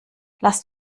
lasst